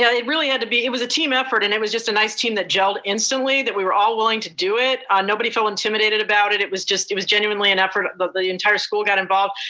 yeah it really had to be, it was a team effort and it was just a nice team that jelled instantly, that we were all willing to do it. nobody felt intimidated about it. it was just, it was genuinely an effort but that the entire school got involved.